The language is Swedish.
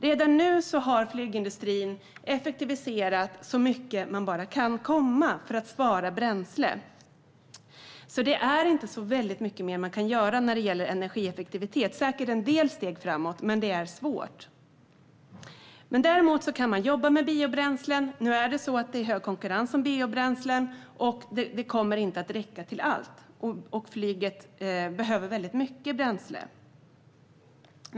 Redan nu har flygindustrin effektiviserat så mycket man bara kan för att spara bränsle. Det är inte så väldigt mycket mer man kan göra när det gäller energieffektivitet. Man kan säkert ta en del steg framåt, men det är svårt. Däremot kan man jobba med biobränslen. Nu är det hög konkurrens om biobränslen, och det kommer inte att räcka till allt. Och flyget behöver väldigt mycket bränsle.